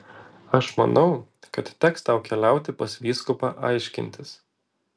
aš manau kad teks tau keliauti pas vyskupą aiškintis